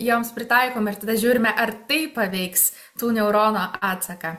joms pritaikom ir tada žiūrime ar tai paveiks tų neuronų atsaką